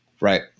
Right